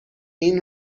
این